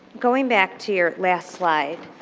going back to your last slide.